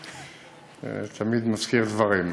זה תמיד מזכיר דברים.